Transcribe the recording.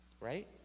Right